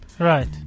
Right